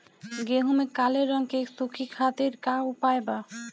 गेहूँ में काले रंग की सूड़ी खातिर का उपाय बा?